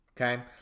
Okay